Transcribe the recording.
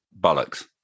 bollocks